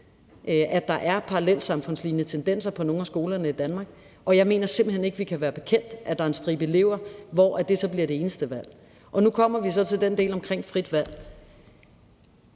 at der er parallelsamfundslignende tendenser på nogle af skolerne i Danmark, og jeg mener simpelt hen ikke, at vi kan være bekendt, at der er en stribe elever, for hvem det bliver det eneste valg. Nu kommer vi så til den del, der handler om frit valg.